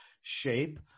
shape